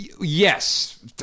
yes